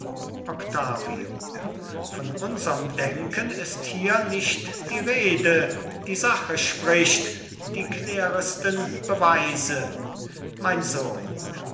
octavio von unserm denken ist hier nicht die rede die sache spricht die kläresten beweise mein sohn